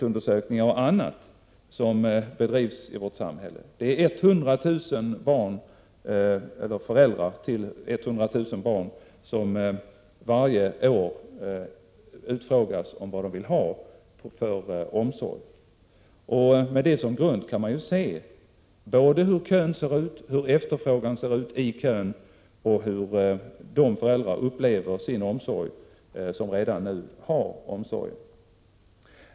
Undersökningarna överträffar alla andra opinionsundersökningar som görs i vårt land. Föräldrarna utfrågas om vad de vill ha för omsorg, och med detta som grund kan man konstatera både hur kön ser ut och hur föräldrarna upplever den omsorg de har.